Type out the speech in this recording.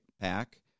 pack